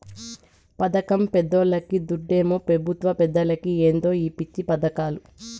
పదకం పేదోల్లకి, దుడ్డేమో పెబుత్వ పెద్దలకి ఏందో ఈ పిచ్చి పదకాలు